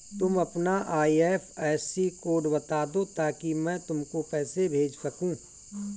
तुम अपना IFSC code बता दो ताकि मैं तुमको पैसे भेज सकूँ